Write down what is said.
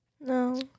No